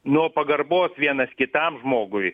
nuo pagarbos vienas kitam žmogui